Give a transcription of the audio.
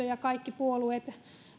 ja kaikki puolueet